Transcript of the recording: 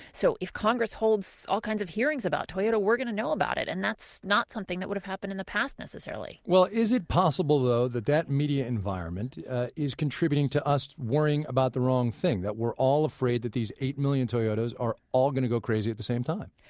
so if congress holds all kinds of hearings about toyota, we're going to know about it. and that's not something that would have happened in the past necessarily. well, is it possible, though, that that media environment yeah is contributing to us worrying about the wrong thing that we're all afraid that these eight million toyotas are all going to go crazy at the same time.